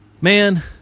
Man